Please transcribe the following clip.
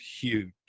huge